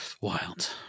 Wild